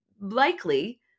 likely